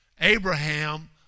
Abraham